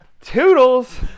Toodles